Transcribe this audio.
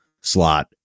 slot